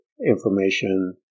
information